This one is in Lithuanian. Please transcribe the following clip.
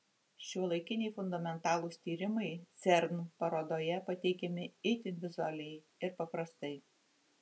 šiuolaikiniai fundamentalūs tyrimai cern parodoje pateikiami itin vizualiai ir paprastai